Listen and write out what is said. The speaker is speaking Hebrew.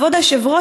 כבוד היושב-ראש,